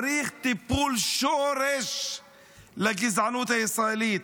צריך טיפול שורש לגזענות הישראלית.